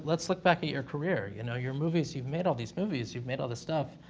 let's look back at your career, you know, your movies. you've made all these movies, you've made all this stuff,